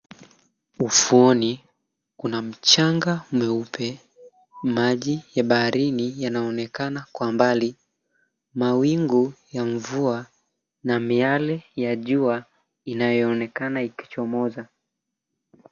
Ufuoni, kuna mchanga mweupe, maji ya baharini kwa mbali. Mawingu ya mvua, na miale ya jua ikichomoza.